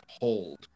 hold